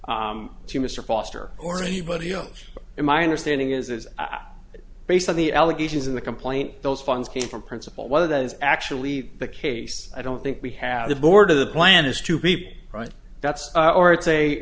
you mr foster or anybody else and my understanding is is based on the allegations in the complaint those funds came from principal whether that is actually the case i don't think we have the board of the plan is to keep right that's